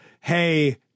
hey